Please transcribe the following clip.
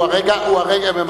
הוא הרגע,